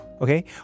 okay